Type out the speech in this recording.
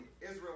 Israel